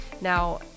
Now